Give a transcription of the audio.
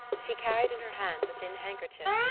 she carried in her hands a thin handkerchief,